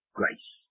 grace